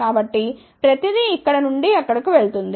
కాబట్టి ప్రతిదీ ఇక్కడ నుండి అక్కడికి వెళ్తుంది